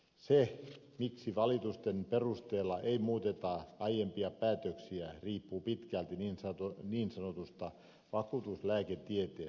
se miksi valitusten perusteella ei muuteta aiempia päätöksiä riippuu pitkälti niin sanotusta vakuutuslääketieteestä